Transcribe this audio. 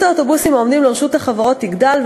מספר האוטובוסים העומדים לשירות החברות יגדל,